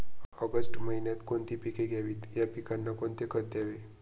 August महिन्यात कोणती पिके घ्यावीत? या पिकांना कोणते खत द्यावे?